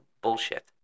bullshit